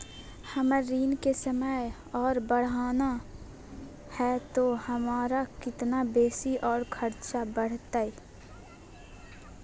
हमर ऋण के समय और बढ़ाना है तो हमरा कितना बेसी और खर्चा बड़तैय?